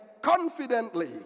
confidently